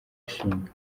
ashinga